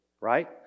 right